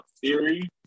Theory